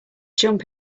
jump